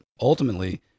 Ultimately